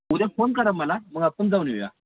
उद्या फोन करा मला मग आपण जाऊन येऊया